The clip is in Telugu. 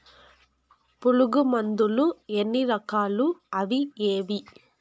పులుగు మందులు ఎన్ని రకాలు అవి ఏవి?